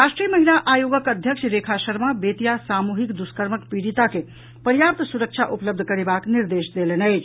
राष्ट्रीय महिला आयोगक अध्यक्ष रेखा शर्मा बेतिया सामूहिक दुष्कर्मक पीड़िता के पर्याप्त सुरक्षा उपलब्ध करेबाक निर्देश देलनि अछि